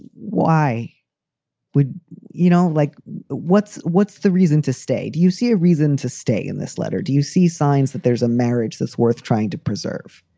why would you know, like what's what's the reason to stay? do you see a reason to stay in this letter? do you see signs that there's a marriage that's worth trying to preserve?